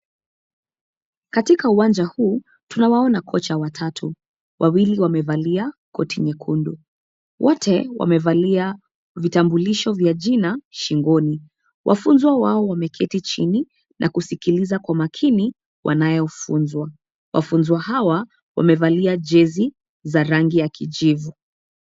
Katika uwanja huu, tunawaona kocha watatu. Wawili wamevalia koti nyekundu. Wote wamevalia vitambulisho vya jina, shingoni. Wafunzwa wao wameketi chini, na kusikiliza kwa makini, wanayofunzwa. Wafunzwa hawa, wamevalia jezi, za rangi ya kijivu.